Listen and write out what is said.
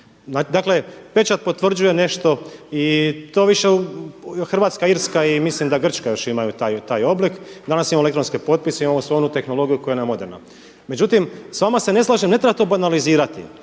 Dakle pečat potvrđuje nešto i to više Hrvatska-Irska i mislim da Grčka još imaju taj oblik. Danas imamo elektronski potpis, imamo svu onu tehnologiju koja nam je moderna. Međutim, s vama se ne slažem, ne treba to banalizirati.